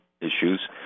issues